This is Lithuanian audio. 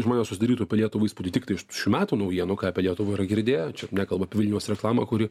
žmonės susidarytų apie lietuvą įspūdį tiktai iš šių metų naujienų ką apie lietuvą yra girdėję čia nekalbu apie vilniaus reklamą kuri